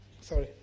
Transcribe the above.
sorry